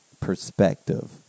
perspective